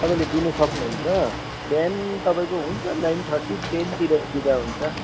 तपाईँले दिनु सक्नुहुन्छ बिहान तपाईँको हुन्छ नाइन थर्टी टेनतिर दिँदा हुन्छ